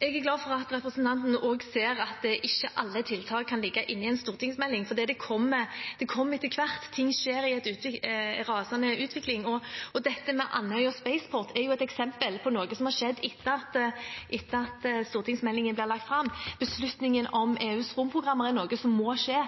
Jeg er glad for at representanten også ser at ikke alle tiltak kan ligge inne i en stortingsmelding, fordi det kommer etter hvert. Ting skjer i en rasende utvikling. Dette med Andøya Spaceport er et eksempel på noe som har skjedd etter at stortingsmeldingen ble lagt fram. Beslutningen om EUs romprogram er noe som må skje